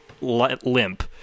limp